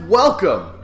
welcome